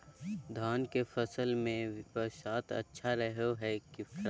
धान के फसल में बरसात अच्छा रहो है कि खराब?